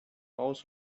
aus